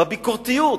בביקורתיות.